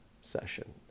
session